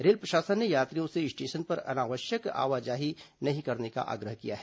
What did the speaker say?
rail प्रशासन ने यात्रियों से स्टेशन पर अनावश्यक आवाजाही नहीं करने का आग्रह किया है